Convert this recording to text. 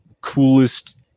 coolest